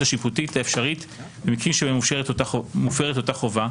השיפוטית האפשרית במקרים בהם מופרת אותה חובה,